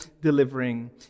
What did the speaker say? delivering